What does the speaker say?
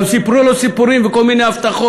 גם סיפרו לו סיפורים ונתנו לו כל מיני הבטחות,